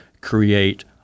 create